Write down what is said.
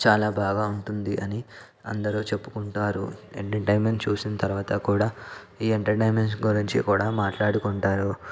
చాలా బాగా ఉంటుంది అని అందరూ చెప్పుకుంటారు ఎంటర్టైన్మెంట్ చూసిన తరువాత కూడా ఈ ఎంటర్టైన్మెంట్స్ గురించి కూడా మాట్లాడుకుంటారు